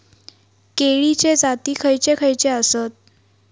केळीचे जाती खयचे खयचे आसत?